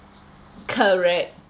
correct